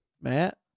Matt